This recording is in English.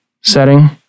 setting